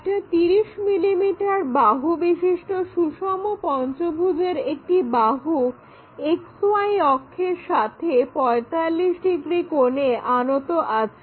একটা 30 mm বাহু বিশিষ্ট সুষম পঞ্চভুজের একটি বাহু XY অক্ষের সাথে 45 ডিগ্রি কোণে আনত আছে